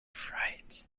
fright